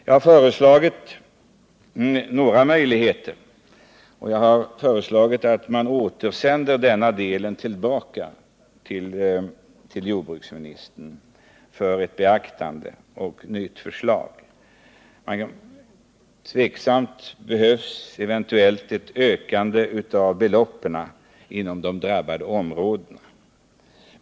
Jag har pekat på några möjligheter, och jag har föreslagit att man skall återsända denna del av propositionen till jordbruksministern för beaktande Det kan tänkas att beloppen behöver ökas inom de drabbade områdena.